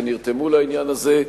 שנרתמו לעניין הזה,